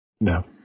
No